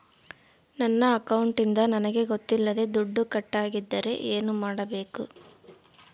ನನ್ನ ಅಕೌಂಟಿಂದ ನನಗೆ ಗೊತ್ತಿಲ್ಲದೆ ದುಡ್ಡು ಕಟ್ಟಾಗಿದ್ದರೆ ಏನು ಮಾಡಬೇಕು?